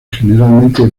generalmente